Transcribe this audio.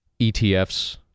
etfs